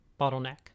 bottleneck